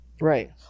Right